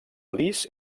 lis